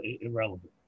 irrelevant